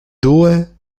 due